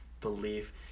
belief